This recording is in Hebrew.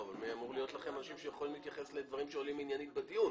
אמורים להיות לכם אנשים שיכולים להתייחס לדברים שעולים עניינית בדיון.